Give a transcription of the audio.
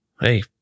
Hey